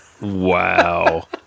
Wow